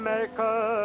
Maker